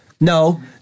No